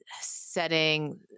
setting